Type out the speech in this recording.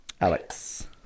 Alex